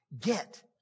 Get